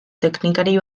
teknikari